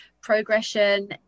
progression